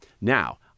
Now